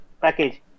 package